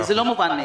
זה לא מובן מאליו.